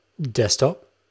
desktop